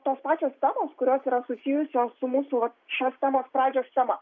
tos pačios temos kurios yra susijusios su mūsų vat šios temos pradžios tema